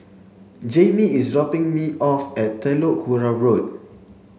Jaimie is dropping me off at Telok Kurau Road